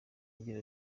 agira